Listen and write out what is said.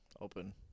Open